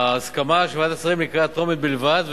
ההסכמה של ועדת השרים היא לקריאה טרומית בלבד,